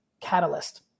catalyst